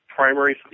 primary